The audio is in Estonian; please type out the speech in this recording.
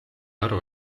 aru